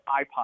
iPod